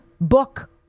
book